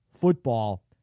football